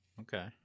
okay